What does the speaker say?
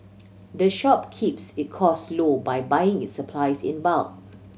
the shop keeps it costs low by buying its supplies in bulk